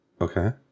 Okay